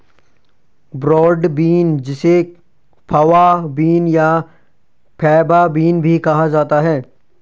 broad bean जिसे fava bean या faba bean भी कहा जाता है